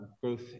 growth